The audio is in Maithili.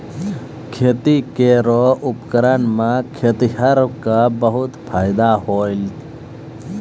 खेती केरो उपकरण सें खेतिहर क बहुत फायदा होलय